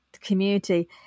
community